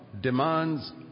demands